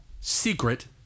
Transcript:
secret